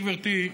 גברתי,